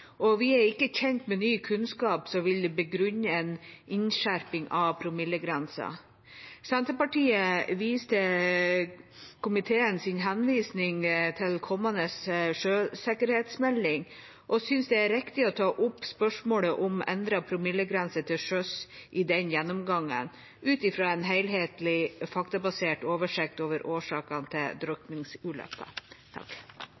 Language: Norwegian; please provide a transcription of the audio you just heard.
Og vi er ikke kjent med ny kunnskap som ville begrunnet en innskjerping av promillegrensa. Senterpartiet viser til komiteens henvisning til kommende sjøsikkerhetsmelding og synes det er riktig å ta opp spørsmålet om endret promillegrense til sjøs i den gjennomgangen, ut fra en helhetlig, faktabasert oversikt over årsakene til drukningsulykker. Først: Takk